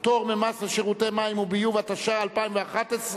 פטור ממס לשירותי מים וביוב), התשע"א 2011,